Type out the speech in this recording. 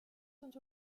sont